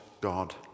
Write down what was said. God